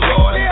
Lord